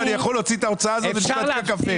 אני יכול להוציא את ההוצאה הזאת ולשתות פה קפה.